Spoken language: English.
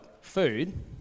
food